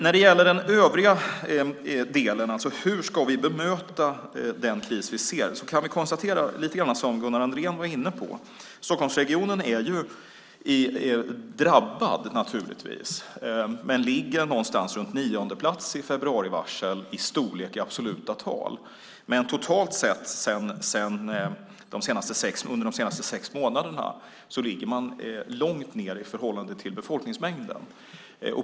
När det gäller den övriga delen, alltså hur vi ska bemöta den kris som vi ser, kan jag konstatera följande, som Gunnar Andrén var inne på lite grann: Stockholmsregionen är naturligtvis drabbad men låg på ungefär nionde plats i februari när det gäller varslens storlek i absoluta tal. Totalt sett under de senaste sex månaderna ligger man långt ned i förhållande till befolkningsmängden.